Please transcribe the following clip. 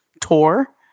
tour